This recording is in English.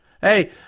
Hey